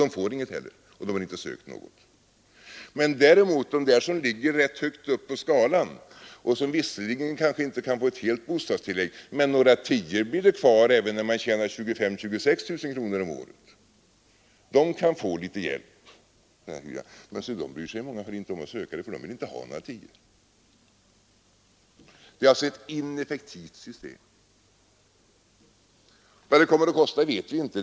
De får inget tillägg heller, och de har inte sökt något. Däremot kan de som ligger rätt högt uppe på skalan och som kanske inte kan få ett helt bostadstillägg — några tior blir det kvar även när man tjänar 25 000—26 000 kronor om året — få litet hjälp med sin hyra, men de bryr sig i många fall inte om att söka något tillägg; de vill inte ha några tior. Det är alltså ett ineffektivt system. Vad det kommer att kosta vet vi inte.